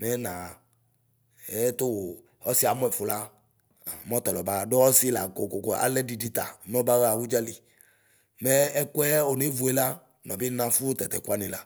mɛ naɣa. Ɛɛtuu ɔsiɛ amuɛfu la ɛ mɔlɔɔbaɣa; du ɔsi la koko alɛdidi ta nɔbaɣa udzali. Mɛ ɛkuɛ onevue la nɔbi ninafu tatɛ Ku anila.